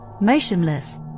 motionless